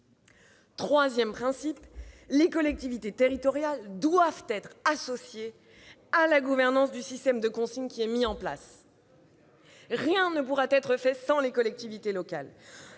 Troisième principe : les collectivités territoriales doivent être associées à la gouvernance du système de consigne qui sera mis en place. Rien ne pourra être fait sans les collectivités locales.